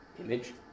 image